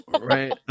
right